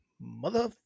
mother